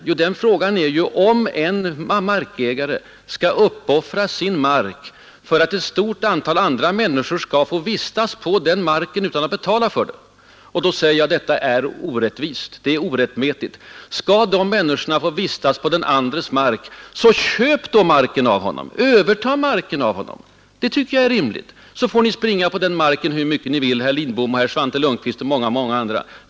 Jo, det är om en viss markägare skall behöva uppoffra sin markrätt för att ett stort antal människor skall få vistas på hans mark utan att betala för det. Jag påstår att detta är orättvist och orättmätigt. Skall dessa andra människor få vistas på hans mark, så köp då marken av honom! Det tycker jag är rimligt. Då får herrar Carl Lidbom och Svante Lundkvist och många andra springa omkring på den så mycket ni vill.